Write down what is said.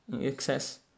excess